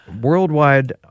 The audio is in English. Worldwide